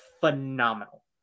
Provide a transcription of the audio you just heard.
phenomenal